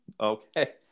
Okay